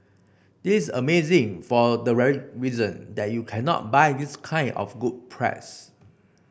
this amazing for the very reason that you cannot buy this kind of good press